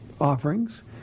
offerings